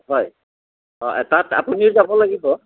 হয় অঁ তাত আপুনিও যাব লাগিব